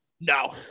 no